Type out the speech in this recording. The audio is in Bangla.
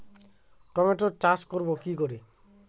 টমেটোর চাষ করব কি করে?